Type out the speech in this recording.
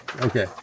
Okay